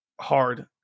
hard